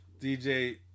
DJ